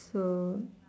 so